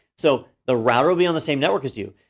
so the router will be on the same network as you,